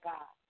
God